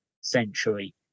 century